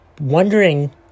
wondering